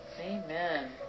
Amen